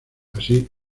así